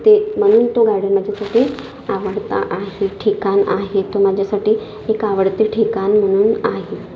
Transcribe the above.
ते म्हणून तो गार्डन माझ्यासाठी आवडता आहे ठिकाण आहे तो माझ्यासाठी एक आवडते ठिकाण म्हणून आहे